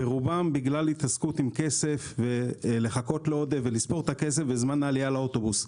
רובן הן בגלל התעסקות עם כסף בזמן העלייה לאוטובוס.